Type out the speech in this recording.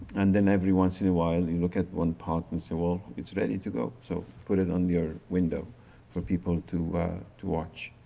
and then every once in a while, you look at one pot and say, well it's ready to go, so put it on your window for people to to watch.